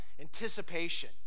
anticipation